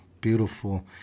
beautiful